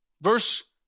verse